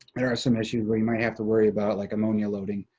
there are some issues where you might have to worry about, like, ammonia loading,